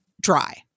dry